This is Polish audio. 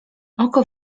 oko